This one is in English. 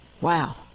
Wow